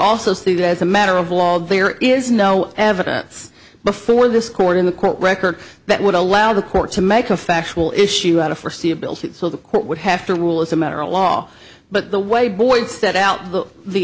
also see that as a matter of law there is no evidence before this court in the court record that would allow the court to make a factual issue out of perceived bills so the court would have to rule as a matter of law but the way boyd set out the the